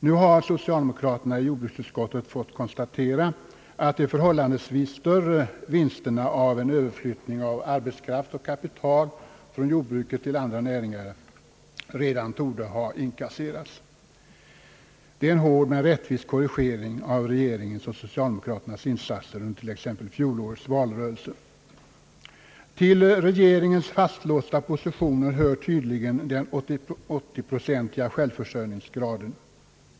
Nu har socialdemokraterna i jordbruksutskottet fått konstatera, att de förhållandevis större vinsterna av en överflyttning av arbetskraft och kapital från jordbruket till andra näringar redan torde ha inkasserats. Det är en hård men rättvis korrigering av regeringens och socialdemokraternas insatser under t.ex. fjolårets valrörelse. Till regeringens fastlåsta positioner hör tydligen den 80-procentiga självförsörjningsgraden.